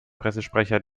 pressesprecher